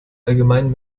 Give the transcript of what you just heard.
allgemeinen